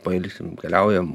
pailsim keliaujam